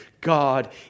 God